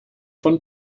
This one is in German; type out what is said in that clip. von